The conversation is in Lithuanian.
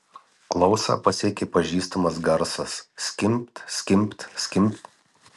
klausą pasiekė pažįstamas garsas skimbt skimbt skimbt